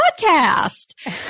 podcast